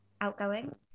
outgoing